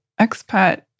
expat